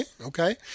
Okay